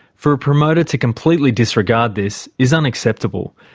for a promoter to completely disregard this is unacceptable.